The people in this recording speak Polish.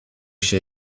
się